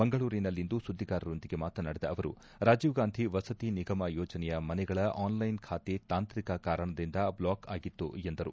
ಮಂಗಳೂರಿನಲ್ಲಿಂದು ಸುದ್ದಿಗಾರರೊಂದಿಗೆ ಮಾತನಾಡಿದ ಅವರು ರಾಜೀವ್ ಗಾಂಧಿ ವಸತಿ ನಿಗಮ ಯೋಜನೆಯ ಮನೆಗಳ ಆನ್ಲೈನ್ ಖಾತೆ ತಾಂತ್ರಿಕ ಕಾರಣದಿಂದ ಬ್ಲಾಕ್ ಆಗಿತ್ತು ಎಂದರು